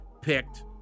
picked